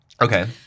Okay